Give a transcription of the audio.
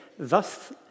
Thus